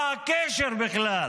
מה הקשר בכלל